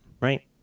Right